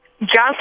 Johnson